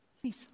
Please